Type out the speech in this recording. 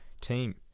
team